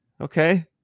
okay